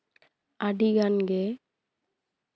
ᱟᱹᱰᱤ ᱜᱟᱱ ᱜᱮ